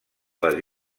les